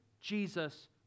Jesus